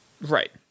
Right